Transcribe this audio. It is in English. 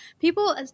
People